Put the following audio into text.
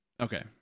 Okay